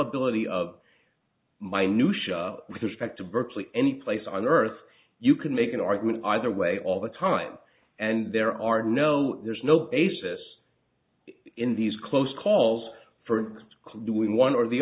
delivery of my new show with respect to berkeley any place on earth you can make an argument either way all the time and there are no there's no basis in these close calls for doing one or the